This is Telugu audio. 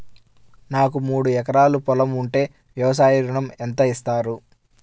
నాకు మూడు ఎకరాలు పొలం ఉంటే వ్యవసాయ ఋణం ఎంత ఇస్తారు?